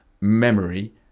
memory